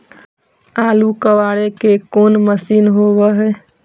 आलू कबाड़े के कोन मशिन होब है?